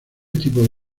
tipo